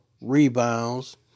rebounds